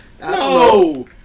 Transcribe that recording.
No